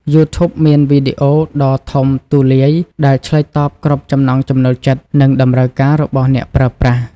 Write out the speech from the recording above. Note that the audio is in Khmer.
យូធូបមានវីដេអូដ៏ធំទូលាយ ដែលឆ្លើយតបគ្រប់ចំណង់ចំណូលចិត្ត និងតម្រូវការរបស់អ្នកប្រើប្រាស់។